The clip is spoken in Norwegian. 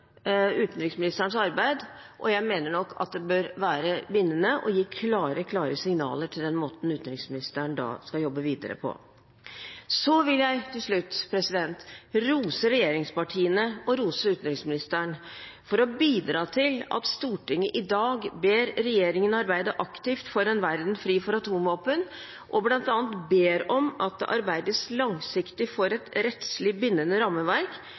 utenriksministerens arbeid, og jeg mener at det bør være bindende og gi klare, klare signaler til den måten utenriksministeren da skal jobbe videre på. Så vil jeg til slutt rose regjeringspartiene – og utenriksministeren – for å bidra til at Stortinget i dag ber regjeringen arbeide aktivt for en verden fri for atomvåpen, og bl.a. ber om at det arbeides langsiktig for et rettslig bindende rammeverk